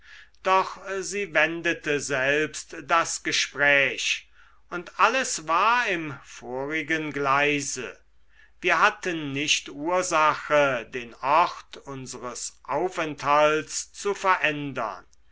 doch sie wendete selbst das gespräch und alles war im vorigen gleise wir hatten nicht ursache den ort unseres aufenthaltes zu verändern